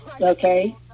Okay